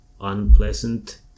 unpleasant